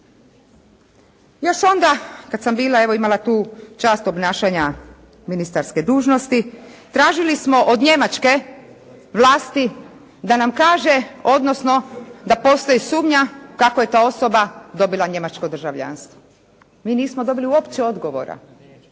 Još onda kad sam bila evo imala tu čast obnašanja ministarske dužnosti tražili smo od njemačke vlasti da nam kaže, odnosno da postoji sumnja kako je ta osoba dobila njemačko državljanstvo. Mi nismo dobili uopće odgovora.